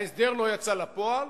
ההסדר לא יצא לפועל,